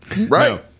Right